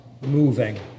moving